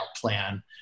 plan